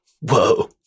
Whoa